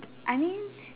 I mean